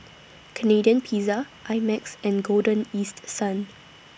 Canadian Pizza I Max and Golden East Sun